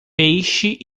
peixe